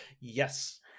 Yes